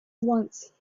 once